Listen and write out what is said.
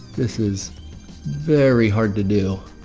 this is very hard to do.